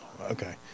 Okay